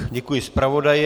Děkuji zpravodaji.